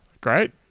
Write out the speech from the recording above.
Great